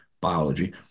biology